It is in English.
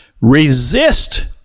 resist